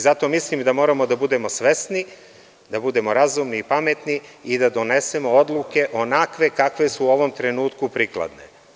Zato mislim da moramo da budemo svesni, da budemo razumni i pametni i da donesemo odluke onakve kakve su u ovom trenutku prikladne.